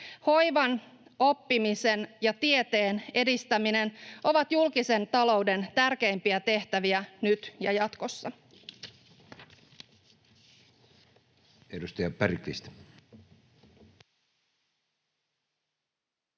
Hoivan, oppimisen ja tieteen edistäminen ovat julkisen talouden tärkeimpiä tehtäviä nyt ja jatkossa.